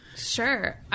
Sure